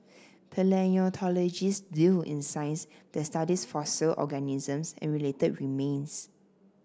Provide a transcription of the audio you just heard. paleontologists deal in science that studies fossil organisms and related remains